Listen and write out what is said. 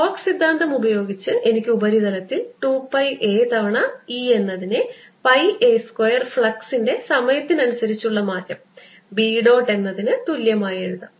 Stokes സിദ്ധാന്തം ഉപയോഗിച്ച് എനിക്ക് ഉപരിതലത്തിൽ 2 പൈ a തവണ E എന്നതിനെ പൈ a സ്ക്വയർ ഫ്ലക്സ് ൻറെ സമയത്തിനനുസരിച്ചുള്ള മാറ്റം B ഡോട്ട് എന്നതിന് തുല്യമായെഴുതാം